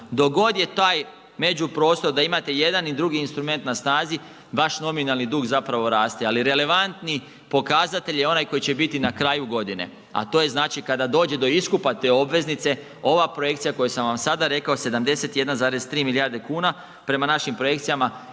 Dok god je taj međuprostor da imate i jedan i drugi instrument na snazi vaš nominalni dug zapravo raste, ali relevantni pokazatelj je onaj koji će biti na kraju godine, a to je znači kada dođe do iskupa te obveznice ova projekcija koju sam vam sada rekao 71,3 milijarde kuna prema našim projekcijama